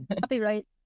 copyright